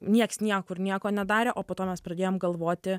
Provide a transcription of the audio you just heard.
nieks niekur nieko nedarė o po to mes pradėjom galvoti